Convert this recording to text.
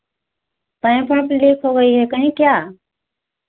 pipe वाइप leak हो गई है कहीं क्या